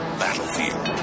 battlefield